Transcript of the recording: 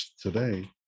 today